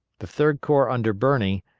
the third corps under birney,